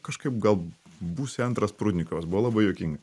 kažkaip gal būsi antras prudnikovas buvo labai juokinga